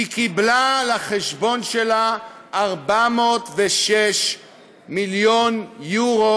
היא קיבלה לחשבון שלה 406 מיליון יורו,